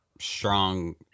strong